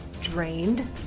drained